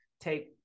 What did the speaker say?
take